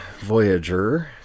Voyager